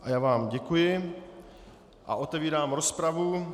I já vám děkuji a otevírám rozpravu.